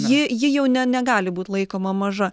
ji ji jau ne negali būt laikoma maža